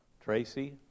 Tracy